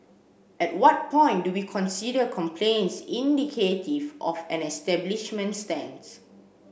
at what point do we consider complaints indicative of an establishment's stance